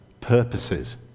purposes